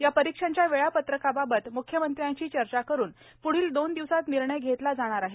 या परीक्षांच्या वेळापत्रकाबाबत मुख्यमंत्र्यांशी चर्चा करुन पुढील दोन दिवसांत निर्णय घेतला जाणार आहे